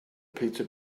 pizza